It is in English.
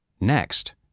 next